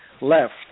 left